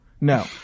No